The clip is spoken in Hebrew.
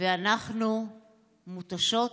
ואנחנו מותשות ומותשים.